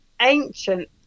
ancient